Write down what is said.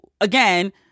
again